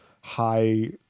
high